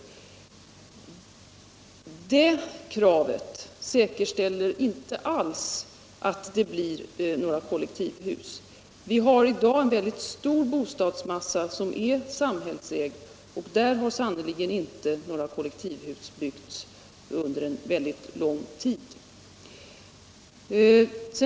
Låt mig säga att det kravet säkerställer inte alls att det blir några kollektivhus. Vi har i dag en väldigt stor bostadsmassa som är samhällsägd, och där har sannerligen inte några kollektivhus byggts under lång tid.